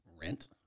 rent